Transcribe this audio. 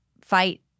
fight